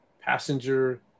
passenger